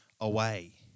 away